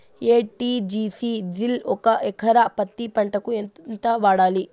ఎ.టి.జి.సి జిల్ ఒక ఎకరా పత్తి పంటకు ఎంత వాడాలి?